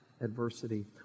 adversity